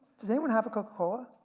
does anyone have a coca cola?